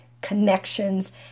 connections